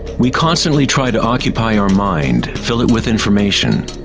we constantly try to occupy our mind, fill it with information.